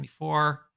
24